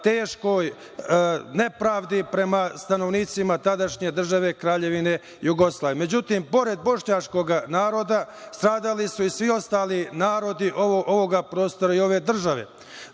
teškoj nepravdi prema stanovnicima tadašnje države Kraljevine Jugoslavije. Međutim, pored bošnjačkog naroda, stradali su i svi ostali narodi ovoga prostora i ove države.S